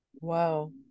wow